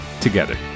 together